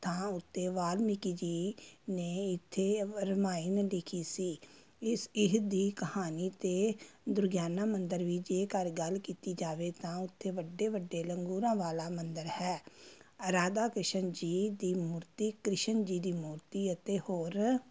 ਥਾਂ ਉੱਤੇ ਵਾਲਮੀਕੀ ਜੀ ਨੇ ਇੱਥੇ ਰਮਾਇਣ ਲਿਖੀ ਸੀ ਇਸ ਇਹ ਦੀ ਕਹਾਣੀ ਅਤੇ ਦੁਰਗਿਆਨਾ ਮੰਦਰ ਵੀ ਜੇਕਰ ਗੱਲ ਕੀਤੀ ਜਾਵੇ ਤਾਂ ਉੱਥੇ ਵੱਡੇ ਵੱਡੇ ਲੰਗੂਰਾਂ ਵਾਲਾ ਮੰਦਰ ਹੈ ਰਾਧਾ ਕ੍ਰਿਸ਼ਨ ਜੀ ਦੀ ਮੂਰਤੀ ਕ੍ਰਿਸ਼ਨ ਜੀ ਦੀ ਮੂਰਤੀ ਅਤੇ ਹੋਰ